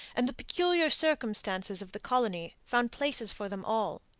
and the peculiar circumstances of the colony found places for them all.